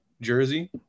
jersey